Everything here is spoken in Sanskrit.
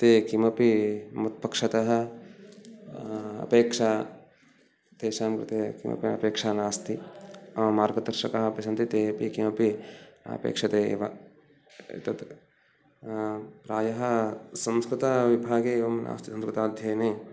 ते किमपि मत्पक्षतः अपेक्षा तेषां कृते कापि अपेक्षा नास्ति मार्गदर्शकाः अपि सन्ति ते अपि किमपि अपेक्षते एव तत् प्रायः संस्कृतविभागे एवं नास्ति संस्कृताध्ययने